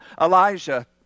Elijah